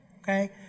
okay